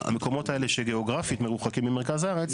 המקומות האלה שגיאוגרפית מרוחקים ממרכז הארץ,